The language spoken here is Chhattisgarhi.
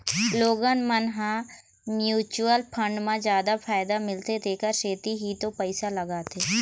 लोगन मन ह म्युचुअल फंड म जादा फायदा मिलथे तेखर सेती ही तो पइसा लगाथे